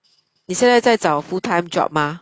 你现在在找 full time job mah